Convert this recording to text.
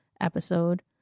episode